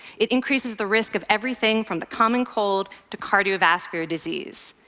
it increases the risk of everything from the common cold to cardiovascular disease.